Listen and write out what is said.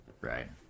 Right